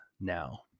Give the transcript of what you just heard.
now